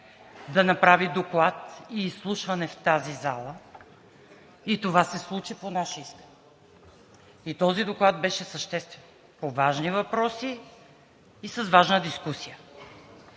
да направи доклад и изслушване в тази зала и това се случи по наше искане. И този доклад беше съществен по важни въпроси и с важна дискусия.